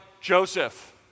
Joseph